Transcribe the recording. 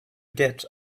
get